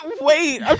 Wait